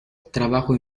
trabajo